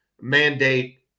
mandate